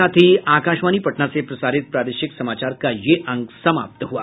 इसके साथ ही आकाशवाणी पटना से प्रसारित प्रादेशिक समाचार का ये अंक समाप्त हुआ